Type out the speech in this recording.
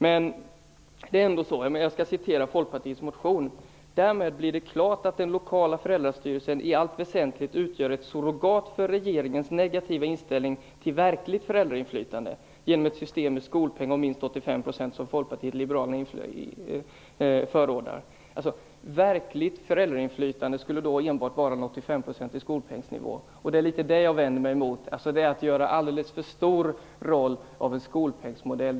Jag återger några rader ur Folkpartiets motion: Därmed blir det klart att den lokala föräldrastyrelsen i allt väsentligt utgör ett surrogat för regeringens negativa inställning till verkligt föräldrainflytande genom ett system med skolpeng om minst 85 % som Verkligt föräldrainflytande skulle då enbart vara en skolpengsnivå på 85 %. Jag vänder mig litet emot detta. Det är att tilldela skolpengsmodellen en alltför stor roll.